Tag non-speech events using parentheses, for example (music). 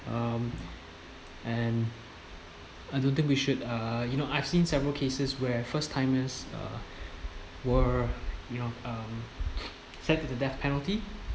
um and I don't think we should uh you know I've seen several cases where first timers uh were you know um (noise) sent to the death penalty